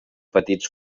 petits